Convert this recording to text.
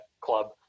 club